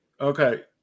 Okay